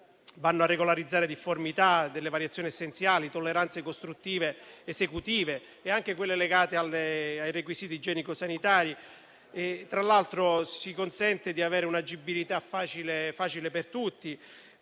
vanno a regolarizzare difformità dalle variazioni essenziali, tolleranze costruttive ed esecutive, anche legate ai requisiti igienico-sanitari. Tra l'altro, si consente di avere un'agibilità facile per tutti.